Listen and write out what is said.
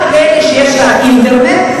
גם אלה שיש להם אינטרנט,